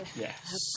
Yes